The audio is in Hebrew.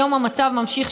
היום המצב נמשך,